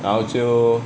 然后就